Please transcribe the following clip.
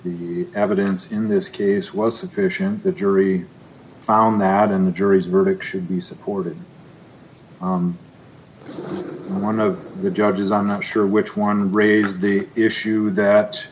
the evidence in this case was sufficient the jury found that in the jury's verdict should be supported one of the judges i'm not sure which one raises the issue that